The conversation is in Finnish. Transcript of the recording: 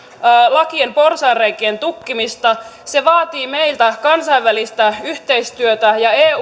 lakien porsaanreikien tukkimista se vaatii meiltä kansainvälistä yhteistyötä ja eu yhteistyötä